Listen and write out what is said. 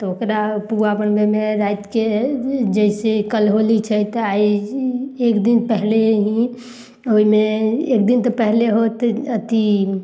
तऽ ओकरा पुआ बनबयमे रातिके जैसे कल होली छै तऽ आइ एक दिन पहिले ही ओइमे एक दिन तऽ पहिले होतय अथी